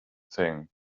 thing